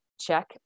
check